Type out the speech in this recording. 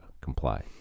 comply